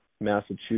Massachusetts